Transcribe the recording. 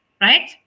right